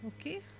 Okay